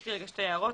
יש לי שתי הערות.